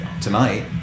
tonight